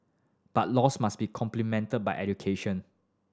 but laws must be complemented by education